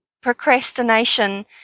procrastination